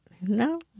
No